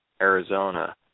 Arizona